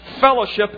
fellowship